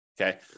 Okay